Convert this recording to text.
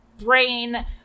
brain